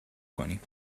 کنیم